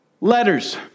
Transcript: Letters